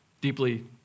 deeply